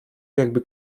jakby